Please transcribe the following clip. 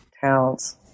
towns